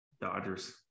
Dodgers